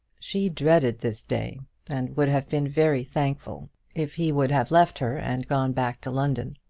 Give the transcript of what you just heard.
she dreaded this day, and would have been very thankful if he would have left her and gone back to london.